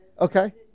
Okay